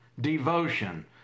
devotion